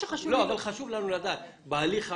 חשוב לנו לדעת באיזה הליך.